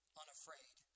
unafraid